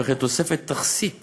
וכן תוספת תכסית